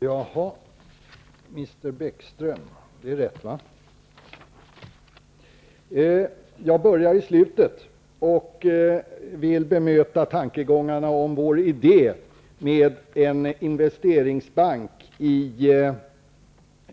Fru talman! Mr. Bäckström -- det är väl rätt? Jag börjar från slutet, med vår idé om en investeringsbank